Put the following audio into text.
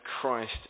Christ